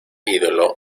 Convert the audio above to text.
ídolo